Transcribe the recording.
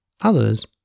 others